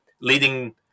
leading